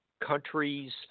countries